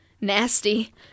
nasty